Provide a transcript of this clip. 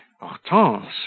Hortense